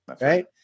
Right